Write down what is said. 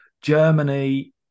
Germany